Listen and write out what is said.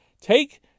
Take